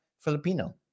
Filipino